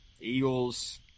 Eagles